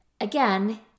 Again